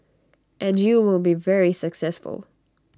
and you will be very successful